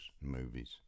movies